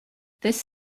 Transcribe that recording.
this